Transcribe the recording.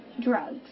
drugs